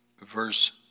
verse